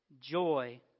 joy